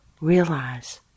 realize